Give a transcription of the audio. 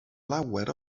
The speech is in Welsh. lawer